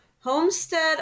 Homestead